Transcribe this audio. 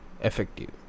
effective